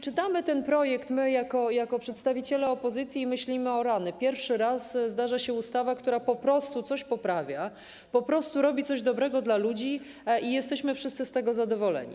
Czytamy ten projekt jako przedstawiciele opozycji i myślimy: o rany, pierwszy raz zdarza się ustawa, która po prostu coś poprawia, po prostu robi coś dobrego dla ludzi i jesteśmy wszyscy z tego powodu zadowoleni.